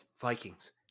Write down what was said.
Vikings